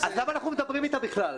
אז למה אנחנו מדברים איתה בכלל?